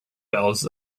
bells